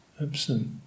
Absent